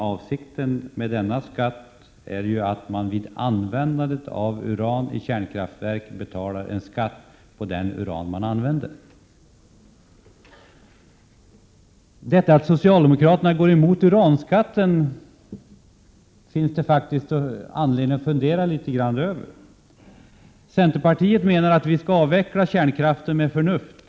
Avsikten med skatten är ju att man vid användandet av uran i kärnkraftverk skall betala skatt för det uran som man använder. Det finns faktiskt anledning att fundera litet över att socialdemokraterna går emot förslaget om uranskatt. Centerpartiet menar att vi skall avveckla kärnkraften med förnuft.